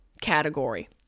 Category